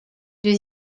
deux